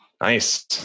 Nice